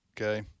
okay